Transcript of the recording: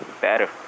better